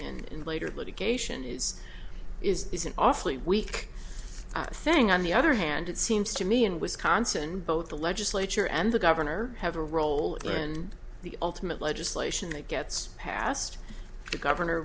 and later litigation is is is an awfully weak thing on the other hand it seems to me in wisconsin both the legislature and the governor have a role in the ultimate legislation that gets passed the governor